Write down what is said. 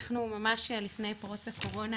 אנחנו ממש לפני פרוץ הקורונה